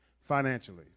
financially